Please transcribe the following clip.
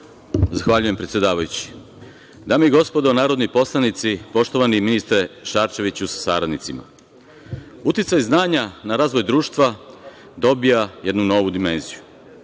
Zahvaljujem, predsedavajući. Dame i gospodo narodni poslanici, poštovani ministre Šarčeviću sa saradnicima, uticaj znanja na razvoj društva dobija jednu novu dimenziju.